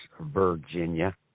virginia